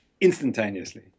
instantaneously